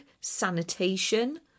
sanitation